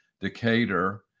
Decatur